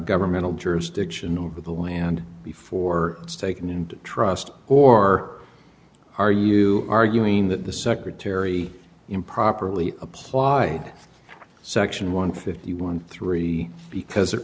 governmental jurisdiction over the land before it's taken and trust or are you arguing that the secretary improperly applied section one fifty one three because it